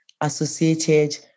associated